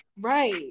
Right